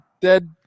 dead